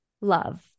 love